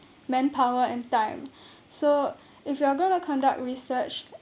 manpower and time so if you are going to conduct research